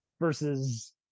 Versus